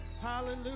hallelujah